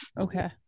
okay